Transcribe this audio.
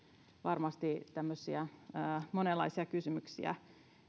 varmasti monenlaisia kysymyksiä